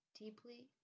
deeply